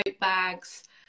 bags